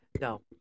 No